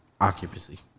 occupancy